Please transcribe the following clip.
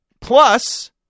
Plus